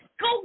go